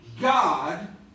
God